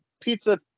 pizza